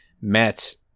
met